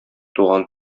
туган